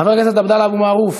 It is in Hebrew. חבר הכנסת עבדאללה אבו מערוף?